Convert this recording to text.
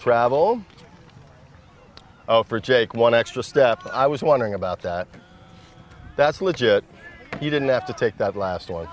travel oh for jake one extra step i was wondering about that that's legit you didn't have to take that last one